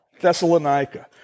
Thessalonica